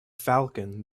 falcon